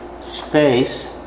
space